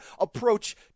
approach